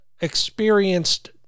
experienced